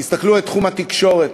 תסתכלו על תחום התקשורת,